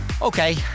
Okay